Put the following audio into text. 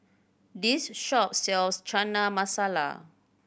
this shop sells Chana Masala